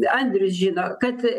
andrius žino kad